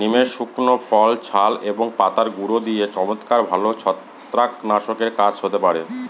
নিমের শুকনো ফল, ছাল এবং পাতার গুঁড়ো দিয়ে চমৎকার ভালো ছত্রাকনাশকের কাজ হতে পারে